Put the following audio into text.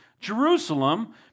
Jerusalem